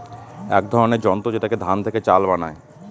এক ধরনের যন্ত্র যেটাতে ধান থেকে চাল বানায়